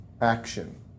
action